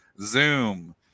Zoom